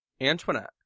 Antoinette